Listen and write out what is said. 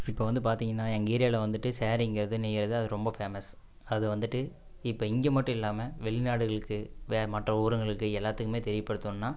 இப்போ வந்து பார்த்தீங்கன்னா எங்கள் ஏரியாவில் வந்துகிட்டு ஸேரிங்கிறது நெய்கிறது அது ரொம்ப ஃபேமஸ் அது வந்துட்டு இப்போ இங்கே மட்டும் இல்லாமல் வெளிநாடுகளுக்கு வே மற்ற ஊருங்களுக்கு எல்லாத்துக்குமே தெரியப்படுத்தணும்னா